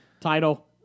Title